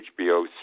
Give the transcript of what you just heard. HBO